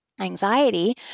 anxiety